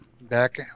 Back